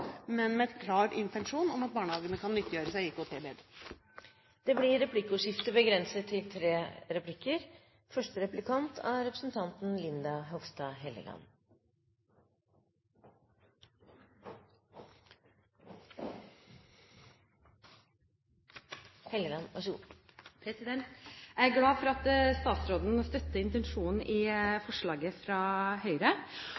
men med en klar intensjon om at barnehagene kan nyttiggjøre seg IKT-leddet. Det blir replikkordskifte. Jeg er glad for at statsråden støtter intensjonen i forslaget fra Høyre.